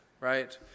right